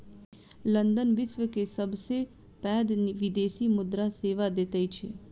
London विश्व के सबसे पैघ विदेशी मुद्रा सेवा दैत अछि